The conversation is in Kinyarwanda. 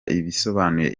bisobanuye